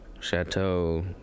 Chateau